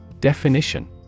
Definition